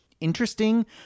interesting